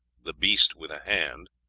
the beast with a hand,